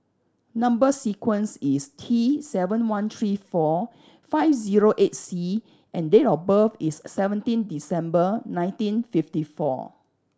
number sequence is T seven one three four five zero eight C and date of birth is seventeen December nineteen fifty four